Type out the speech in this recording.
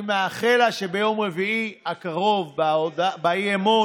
אני מאחל לה שביום רביעי הקרוב באי-אמון